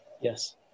Yes